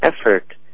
effort